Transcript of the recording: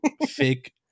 fake